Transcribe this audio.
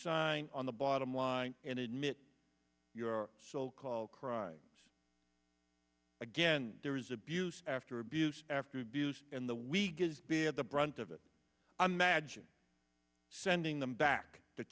sign on the bottom line and admit your so called crimes again there is abuse after abuse after use and the we get be at the brunt of it i'm magic sending them back to